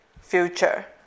future